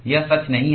यह सच नहीं है